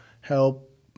help